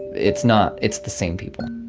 it's not. it's the same people.